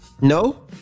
No